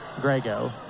Grego